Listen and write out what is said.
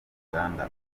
uganda